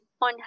on